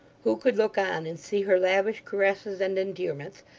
who could look on and see her lavish caresses and endearments,